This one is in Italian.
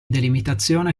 delimitazione